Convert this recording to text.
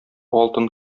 алтын